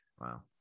Wow